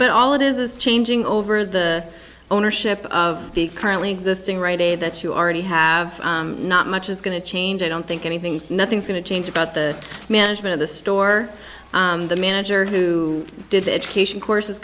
but all it is is changing over the ownership of the currently existing right a that you already have not much is going to change i don't think anything's nothing's going to change about the management of the store the manager who did the education course